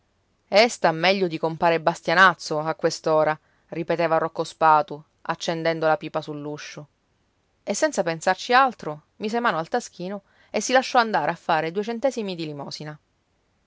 sta meglio di compare bastianazzo a quest'ora ripeteva rocco spatu accendendo la pipa sull'uscio e senza pensarci altro mise mano al taschino e si lasciò andare a fare due centesimi di limosina